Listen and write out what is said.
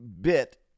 bit